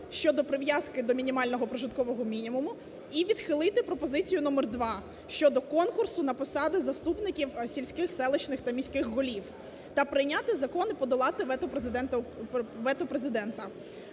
(щодо прив'язки до мінімального прожиткового мінімуму) і відхилити пропозицію номер два (щодо конкурсу на посади заступників сільських (селищних) та міських голів) та прийняти Закон і подолати вето Президента.